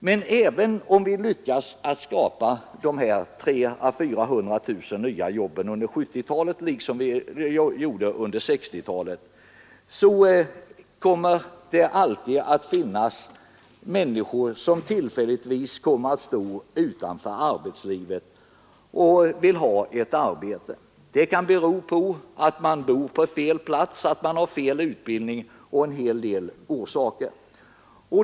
Men även om vi lyckas skapa de här 300 000 å 400 000 nya jobben under 1970-talet, liksom vi gjorde under 1960-talet, så kommer det alltid att finnas människor som tillfälligtvis står utanför arbetslivet och vill ha ett arbete. Det kan bero på att de bor på fel plats, att de har fel utbildning, och en hel del andra saker.